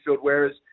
whereas